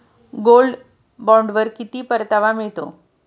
Gold बॉण्डवर किती परतावा मिळतो?